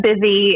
busy